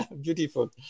beautiful